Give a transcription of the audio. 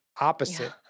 opposite